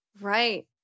Right